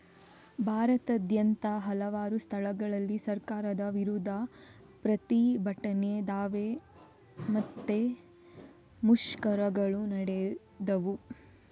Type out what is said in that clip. ಭಾರತದಾದ್ಯಂತ ಹಲವಾರು ಸ್ಥಳಗಳಲ್ಲಿ ಸರ್ಕಾರದ ವಿರುದ್ಧ ಪ್ರತಿಭಟನೆ, ದಾವೆ ಮತ್ತೆ ಮುಷ್ಕರಗಳು ನಡೆದವು